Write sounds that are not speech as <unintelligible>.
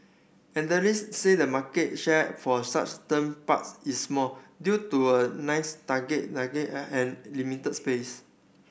analyst say the market share for such them parks is small due to a nice target <unintelligible> limited space